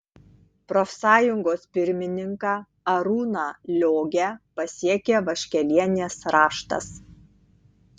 profsąjungos pirmininką arūną liogę pasiekė vaškelienės raštas